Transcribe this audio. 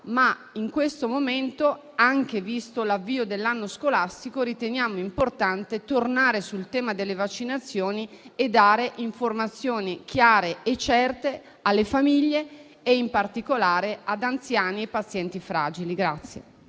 ma in questo momento, visto anche l'avvio dell'anno scolastico, riteniamo importante tornare sul tema delle vaccinazioni e dare informazioni chiare e certe alle famiglie e, in particolare, ad anziani e pazienti fragili.